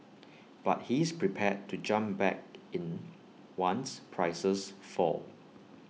but he's prepared to jump back in once prices fall